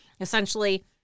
Essentially